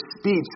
speech